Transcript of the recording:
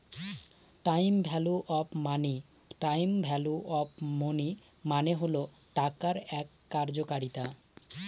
time value of money মানে হল টাকার এক কার্যকারিতা